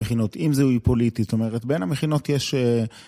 מכינות, אם זיהוי פוליטית, זאת אומרת בין המכינות יש...